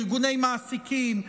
ארגוני מעסיקים,